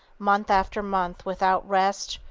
month after month without rest,